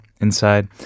inside